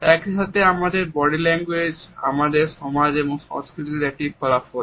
একই সাথে আমাদের বডি ল্যাঙ্গুয়েজ আমাদের সমাজ এবং সংস্কৃতির একটি ফলাফল